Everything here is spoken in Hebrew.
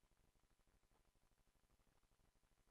הישיבה